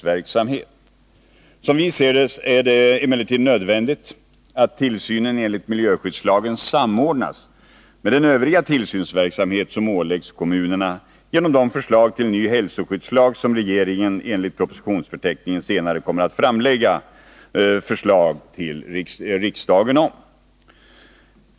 De tillsynsverksamhet. Som vi ser det är det emellertid nödvändigt att tillsynen enligt miljöskyddslagen samordnas med den övriga tillsynsverksamhet som åläggs kommunerna genom de förslag till ny hälsoskyddslag som regeringen enligt propositionsförteckningen senare kommer att framlägga förslag till riksdagen om.